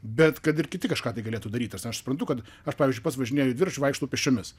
bet kad ir kiti kažką tai galėtų daryti ta prasme aš suprantu kad aš pavyzdžiui pats važinėju dviračiu vaikštau pėsčiomis